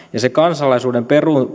kansalaisuuden